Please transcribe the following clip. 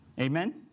Amen